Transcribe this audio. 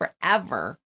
forever